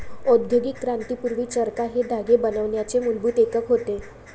औद्योगिक क्रांती पूर्वी, चरखा हे धागे बनवण्याचे मूलभूत एकक होते